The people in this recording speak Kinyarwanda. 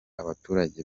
abaturage